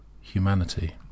humanity